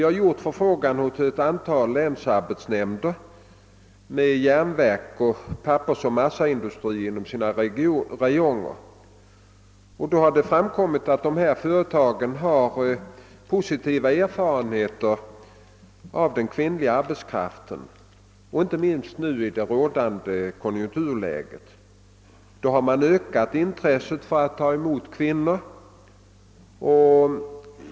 Vi har gjort förfrågningar hos ett antal länsarbetsnämnder, inom vilkas områden det förekommer järnverk, pappersoch massaindustri. Det har framkommit att dessa företag har positiva erfarenheter av den kvinnliga arbetskraften, inte minst i det nu rådande konjunkturläget. Deras intresse för att ta emot kvinnor har därigenom ökat.